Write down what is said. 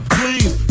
please